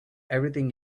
everything